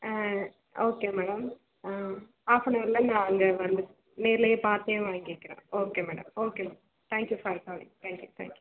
okay madam ஆஃபனவரில் நான் அங்கே வந்து நேர்லையே பார்த்தே வாங்கிக்குறன் okay madam okay thank you for calling thank you thank you